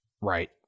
Right